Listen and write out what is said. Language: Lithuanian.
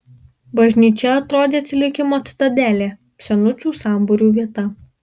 bažnyčia atrodė atsilikimo citadelė senučių sambūrių vieta